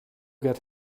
get